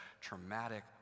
traumatic